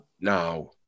Now